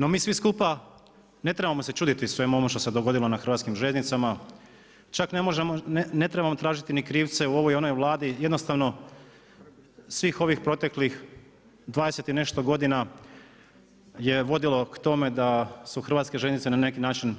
No mi svi skupa ne trebamo se čuditi svemu ovome što se dogodilo na hrvatskim željeznicama, čak ne trebamo tražiti ni krivce u ovoj ili onoj Vladi, jednostavno svih ovih proteklih 20 i nešto godina, je vodilo k tome da su hrvatske željeznice na neki način